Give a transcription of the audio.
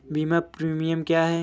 बीमा प्रीमियम क्या है?